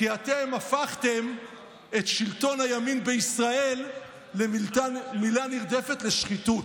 כי אתם הפכתם את שלטון הימין בישראל למילה נרדפת לשחיתות.